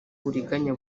uburiganya